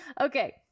Okay